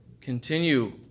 continue